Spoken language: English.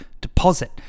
deposit